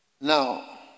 Now